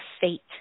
fate